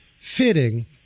Fitting